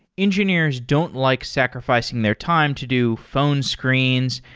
engineers don't like sacrificing their time to do phone screens,